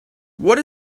what